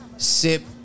sip